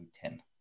ten